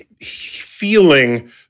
feeling